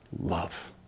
love